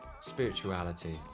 spirituality